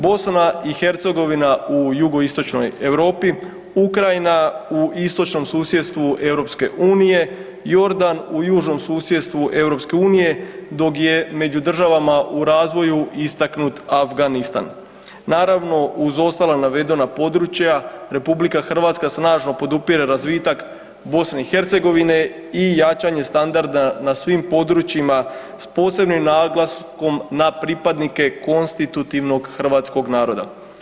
Bosna i Hercegovina u jugoistočnoj Europi, Ukrajina u istočnom susjedstvu EU, Jordan u južnom susjedstvu EU dok je među državama u razvoju istaknut Afganistan naravno uz ostala navedena područja RH snažno podupire razvitak Bosne i Hercegovine i jačanje standarda na svim područjima s posebnim naglaskom na pripadnike konstitutivnog hrvatskog naroda.